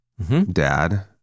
Dad